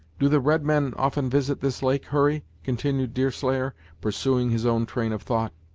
do the redmen often visit this lake, hurry? continued deerslayer, pursuing his own train of thought.